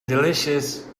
delicious